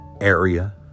area